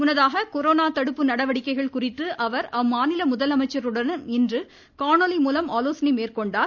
முன்னதாக கொரோனா தடுப்பு நடவடிக்கைகள் குறித்து அவர் அம்மாநில முதலமைச்சர்களுடன் இன்று காணொலி மூலம் ஆலோசனை மேற்கொண்டார்